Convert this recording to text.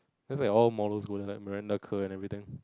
that's like all models go there like Miranda Kerr and everything